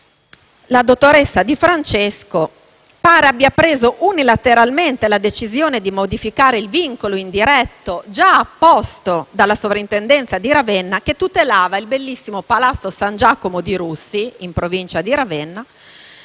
la dottoressa Di Francesco pare abbia preso unilateralmente la decisione di modificare il vincolo indiretto, già apposto dalla soprintendenza di Ravenna, che tutelava il bellissimo Palazzo San Giacomo di Russi, in provincia di Ravenna,